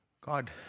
God